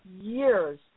years